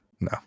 no